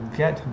get